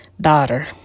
daughter